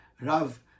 Rav